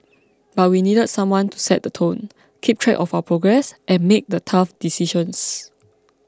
but we needed someone to set the tone keep track of our progress and make the tough decisions